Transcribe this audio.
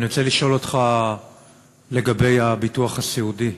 אני רוצה לשאול אותך לגבי הביטוח הסיעודי.